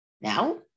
now